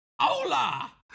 Hola